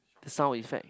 the sound effect